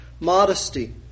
modesty